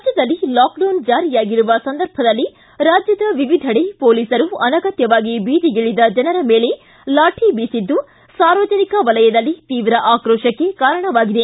ರಾಜ್ಯದಲ್ಲಿ ಲಾಕ್ಡೌನ್ ಜಾರಿಯಾಗಿರುವ ಸಂದರ್ಭದಲ್ಲಿ ರಾಜ್ಯದ ವಿವಿಧೆಡೆ ಮೊಲೀಸರು ಅನಗತ್ತವಾಗಿ ಬೀದಿಗಿಳಿದ ಜನರ ಮೇಲೆ ಲಾಠಿ ಬೀಸಿದ್ದು ಸಾರ್ವಜನಿಕ ವಲಯದಲ್ಲಿ ತೀರ್ವ ಆಕ್ರೋಶಕ್ಕೆ ಕಾರಣವಾಗಿದೆ